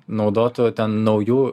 naudotų ten naujų